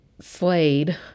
Slade